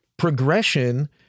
progression